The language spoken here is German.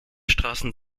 straßen